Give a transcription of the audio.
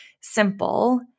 simple